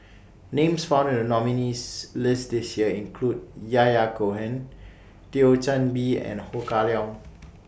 Names found in The nominees' list This Year include Yahya Cohen Thio Chan Bee and Ho Kah Leong